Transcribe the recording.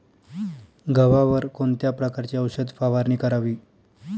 गव्हावर कोणत्या प्रकारची औषध फवारणी करावी?